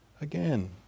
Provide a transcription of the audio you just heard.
again